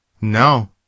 No